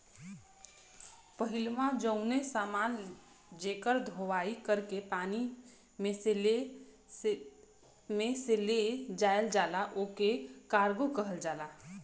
पहिलवा कउनो समान जेकर धोवाई कर के पानी में से ले जायल जाला ओके कार्गो कहल जाला